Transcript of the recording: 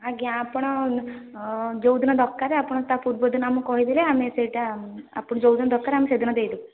ଆଜ୍ଞା ଆପଣ ଯେଉଁଦିନ ଦରକାର ଆପଣ ତା' ପୂର୍ବଦିନ ଆମକୁ କହିଦେବେ ଆମେ ସେଇଟା ଆପଣ ଯେଉଁଦିନ ଦରକାର ଆମେ ସେଇଦିନ ଦେଇଦେବୁ